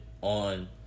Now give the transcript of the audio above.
on